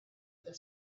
other